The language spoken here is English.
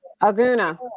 Aguna